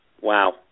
Wow